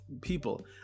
people